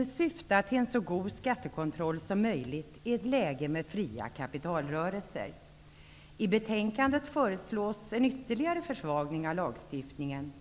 och syftade till att få en så god skattekontroll som möjligt i ett läge med fria kapitalrörelser. I betänkandet föreslås en ytterligare försvagning av lagstiftningen.